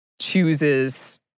chooses